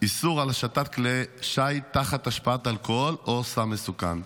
איסור על השטת כלי שיט תחת השפעת אלכוהול או סם מסוכן.